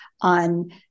on